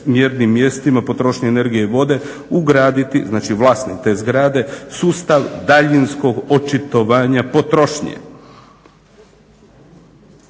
mjernim mjestima potrošnje energije vode ugraditi, znači vlasnik te zgrade sustav daljinskog očitovanja potrošnje.